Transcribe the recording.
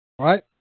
Right